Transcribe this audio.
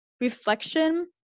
reflection